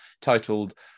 titled